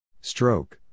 Stroke